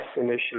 initially